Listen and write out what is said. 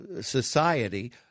society –